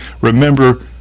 remember